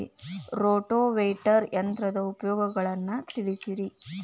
rotavator ಯಂತ್ರದ ಉಪಯೋಗಗಳನ್ನ ತಿಳಿಸಿರಿ